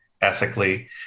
ethically